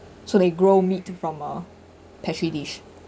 so they grow meat from a petri dish